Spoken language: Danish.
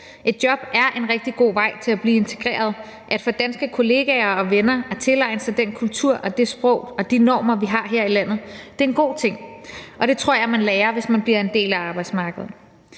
Et job er en rigtig god vej til at blive integreret, til at få danske venner og kollegaer og til at tilegne sig den kultur, det sprog og de normer, vi har her i landet. Det er en god ting. Det tror jeg at man lærer, hvis man bliver en del af arbejdsmarkedet.